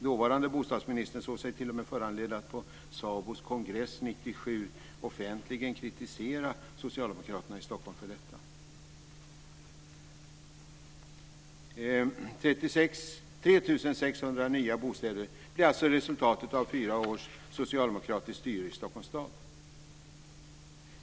Dåvarande bostadsministern såg sig t.o.m. föranledd att på SABO:s kongress 1997 offentligt kritisera socialdemokraterna i Stockholm för detta.